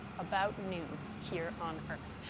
about noon here on earth.